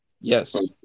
Yes